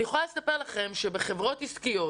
אני יכולה לספר לכם שבחברות עסקיות